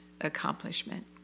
accomplishment